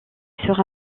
sera